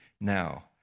now